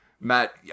Matt